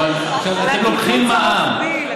אבל אתם לוקחים מע"מ.